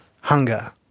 hunger